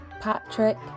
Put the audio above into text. Patrick